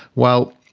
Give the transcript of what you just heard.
well,